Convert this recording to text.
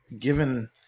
given